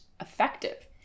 effective